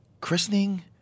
christening